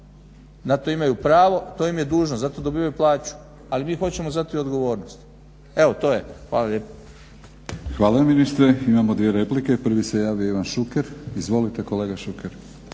Na to imaju pravo, to im je dužnost. Zato dobivaju plaću. Ali mi hoćemo za to i odgovornost. Eto to je. Hvala lijepa. **Batinić, Milorad (HNS)** Hvala ministre. Imamo dvije replike. Prvi se javio Ivan Šuker. Izvolite kolega Šuker.